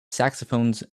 saxophones